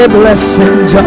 blessings